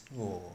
!whoa!